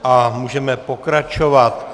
A můžeme pokračovat.